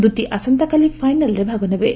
ଦୂତି ଆସନ୍ତାକାଲି ଫାଇନାଲ୍ରେ ଭାଗ ନେବେ